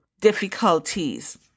difficulties